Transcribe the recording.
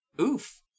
oof